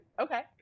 okay